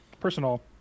personal